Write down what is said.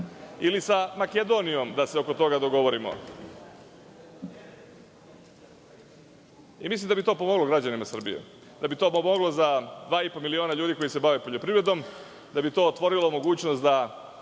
ili sa Makedonijom da se oko toga dogovorimo. Mislim da bi to pomoglo građanima Srbije, da bi to pomoglo za dva i po miliona ljudi koji se bave poljoprivredom, da bi to otvorilo mogućnost da